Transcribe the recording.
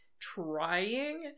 trying